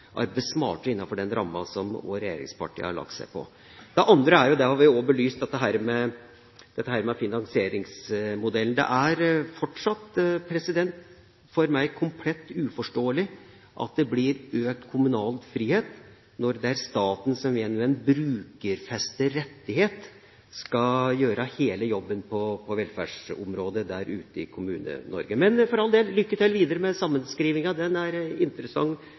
Det andre, som vi også har belyst, er dette med finansieringsmodellen: Det er fortsatt for meg komplett uforståelig at det blir økt kommunal frihet når det er staten som gjennom en brukerfestet rettighet skal gjøre hele jobben på velferdsområdet der ute i Kommune-Norge. Men for all del – lykke til videre med sammenskrivinga! Den er interessant,